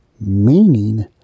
meaning